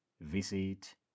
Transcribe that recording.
Visit